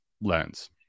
lens